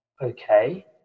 okay